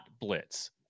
blitz